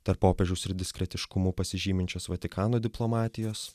tarp popiežiaus ir diskretiškumu pasižyminčios vatikano diplomatijos